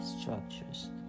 structures